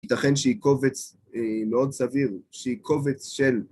ייתכן שהיא קובץ מאוד סביר, שהיא קובץ של.